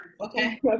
Okay